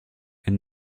elle